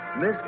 Miss